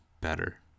better